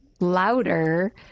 louder